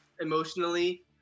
emotionally